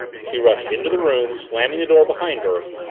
she rushed into the room, slamming the door behind her,